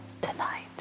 tonight